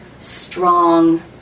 strong